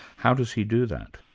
how does he do that?